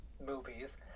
movies